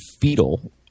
fetal